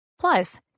plus